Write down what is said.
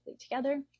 together